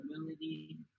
ability